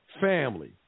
family